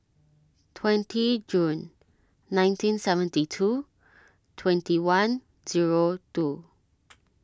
twenty June nineteen seventy two twenty one zero two